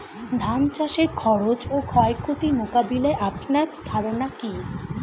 ধান চাষের খরচ ও ক্ষয়ক্ষতি মোকাবিলায় আপনার ধারণা কী?